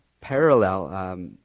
Parallel